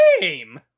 game